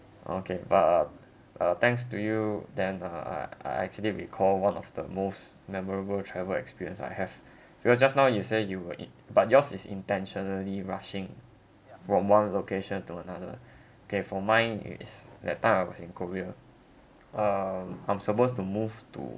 okay but uh uh thanks to you then uh I I I actually recall one of the most memorable travel experience I have because just now you say you were it but yours is intentionally rushing from one location to another okay for mine is that time I was in korea um I'm supposed to move to